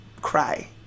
cry